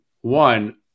one